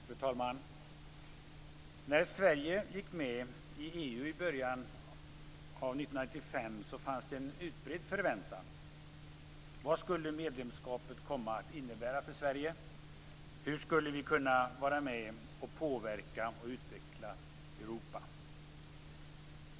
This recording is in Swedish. Fru talman! När Sverige gick med i EU i början av 1995 fanns det en utbredd förväntan. Vad skulle medlemskapet komma att innebära för Sverige? Hur skulle vi kunna vara med och påverka och utveckla Europa?